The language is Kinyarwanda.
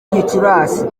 gicurasi